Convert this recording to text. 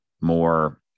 more